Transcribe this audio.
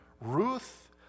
Ruth